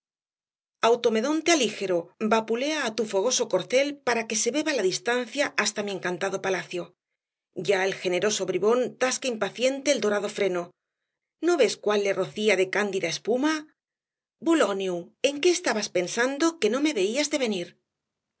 automedonte alígero vapulea á tu fogoso corcel para que se beba la distancia hasta mi encantado palacio ya el generoso bridón tasca impaciente el dorado freno no ves cual le rocía de cándida espuma buloniu en qué estabas pensando que no me veías de venir